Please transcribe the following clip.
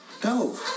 Go